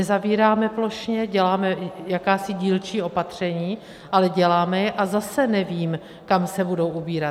Nezavíráme plošně, děláme jakási dílčí opatření, ale děláme je a zase nevím, kam se budou ubírat.